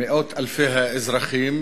למאות אלפי האזרחים,